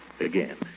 again